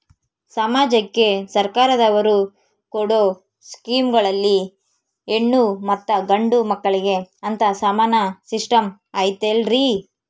ಸಮಾಜಕ್ಕೆ ಸರ್ಕಾರದವರು ಕೊಡೊ ಸ್ಕೇಮುಗಳಲ್ಲಿ ಹೆಣ್ಣು ಮತ್ತಾ ಗಂಡು ಮಕ್ಕಳಿಗೆ ಅಂತಾ ಸಮಾನ ಸಿಸ್ಟಮ್ ಐತಲ್ರಿ?